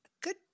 good